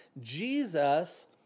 Jesus